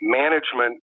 management